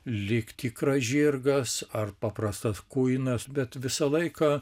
lyg tikras žirgas ar paprastas kuinas bet visą laiką